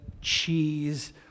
cheese